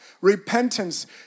Repentance